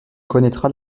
connaîtra